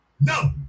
No